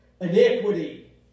Iniquity